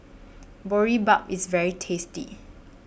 Boribap IS very tasty